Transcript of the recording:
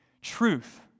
truth